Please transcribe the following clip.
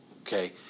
Okay